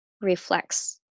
reflects